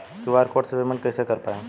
QR code से payment कईसे कर पाएम?